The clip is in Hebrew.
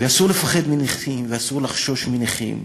אסור לפחד מנכים ואסור לחשוש מנכים.